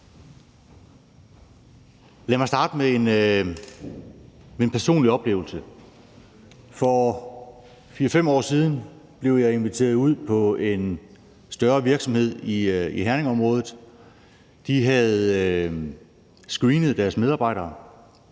Lad mig starte med en personlig oplevelse. For 4-5 år siden blev jeg inviteret ud på en større virksomhed i Herningområdet. De havde screenet deres medarbejdere.